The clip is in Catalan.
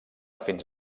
fins